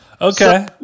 Okay